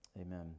Amen